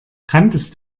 kanntest